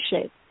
shape